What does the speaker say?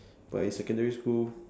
but in secondary school